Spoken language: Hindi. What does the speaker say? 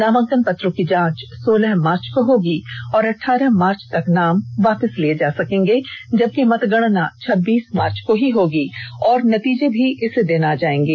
नामांकन पत्रों की जांच सोलह मार्च को होगी और अठारह मार्च तक नाम वापस लिए जा सकेंगे जबकि मतगणना छब्बीस मार्च को ही होगी और नतीजे भी इसी दिन आ जाएंगे